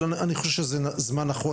אבל אני חושב שזה זמן נכון,